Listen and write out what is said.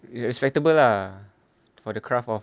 it's err respectable lah for the craft of